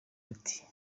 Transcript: ati